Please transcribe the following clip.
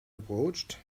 approached